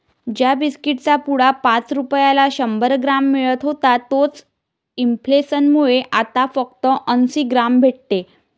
ज्या बिस्कीट चा पुडा पाच रुपयाला शंभर ग्राम मिळत होता तोच इंफ्लेसन मुळे आता फक्त अंसी ग्राम भेटते